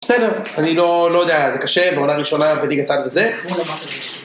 בסדר, אני לא יודע, זה קשה, בעונה ראשונה, בליגת העל וזה.